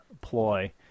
ploy